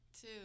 two